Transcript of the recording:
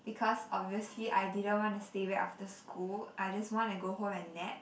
because obviously I didn't want to stay back after school I just want and go home and nap